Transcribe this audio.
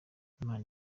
imana